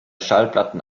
schallplatten